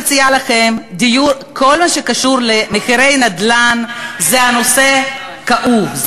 כל מה שקשור למחירי נדל"ן זה נושא כאוב,